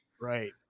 Right